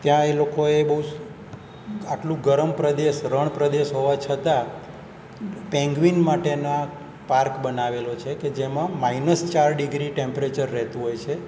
ત્યાં એ લોકોએ બહુ આટલું ગરમ પ્રદેશ રણપ્રદેશ હોવા છતાં પેંગ્વિન માટેના પાર્ક બનાવેલો છે કે જેમાં માઇનસ ચાર ડિગ્રી ટેમ્પરેચર રહેતું હોય છે